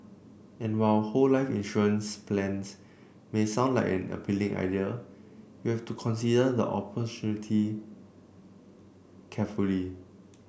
and while whole life insurance plans may sound like an appealing idea you have to consider the opportunity carefully